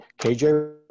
KJ